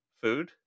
food